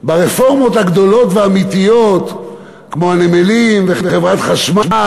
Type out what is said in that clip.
ברפורמות הגדולות והאמיתיות כמו הנמלים וחברת חשמל,